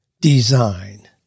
design